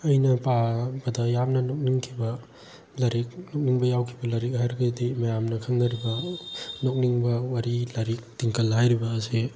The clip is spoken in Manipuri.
ꯑꯩꯅ ꯄꯥꯕꯗ ꯌꯥꯝꯅ ꯅꯣꯛꯅꯤꯡꯈꯤꯕ ꯂꯥꯏꯔꯤꯛ ꯅꯣꯛꯅꯤꯡꯕ ꯌꯥꯎꯈꯤꯕ ꯂꯥꯏꯔꯤꯛ ꯍꯥꯏꯔꯒꯗꯤ ꯃꯌꯥꯝꯅ ꯈꯪꯅꯔꯤꯕ ꯅꯣꯛꯅꯤꯡꯕ ꯋꯥꯔꯤ ꯂꯥꯏꯔꯤꯛ ꯇꯤꯡꯀꯜ ꯍꯥꯏꯔꯤꯕ ꯑꯁꯤ